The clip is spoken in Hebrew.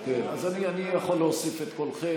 אז אני יכול להוסיף את קולכם,